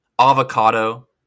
Avocado